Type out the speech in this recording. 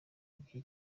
igihe